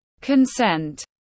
consent